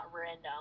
random